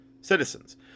citizens